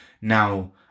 Now